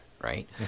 Right